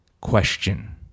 question